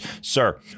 Sir